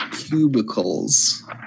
Cubicles